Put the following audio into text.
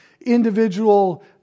individual